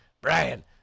Brian